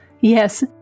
Yes